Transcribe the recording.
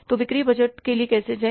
तो बिक्री बजट के लिए कैसे जाएं